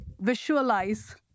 visualize